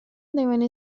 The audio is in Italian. devono